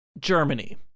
Germany